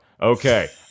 Okay